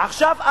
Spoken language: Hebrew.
ועכשיו,